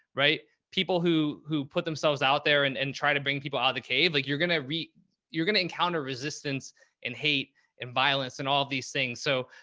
right. people who who put themselves out there and and try to bring people out of the cave, like you're going to re you're going to encounter resistance and hate and violence and all these things. so,